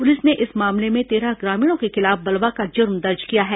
police ने इस मामले में तेरह ग्रामीणों के खिलाफ बलवा का जुर्म दर्ज किया है